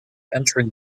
entering